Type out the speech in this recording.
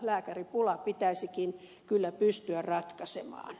lääkäripula pitäisikin kyllä pystyä ratkaisemaan